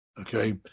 Okay